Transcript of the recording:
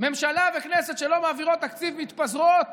ממשלה וכנסת שלא מעבירות תקציב מתפזרות,